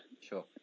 Sure